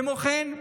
כמו כן,